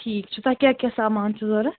ٹھیٖک چھِ تۄہہِ کیٛاہ کیٛاہ سامان چھُو ضوٚرَتھ